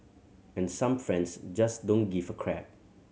and some friends just don't give a crap